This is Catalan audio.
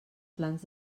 plans